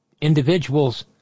individuals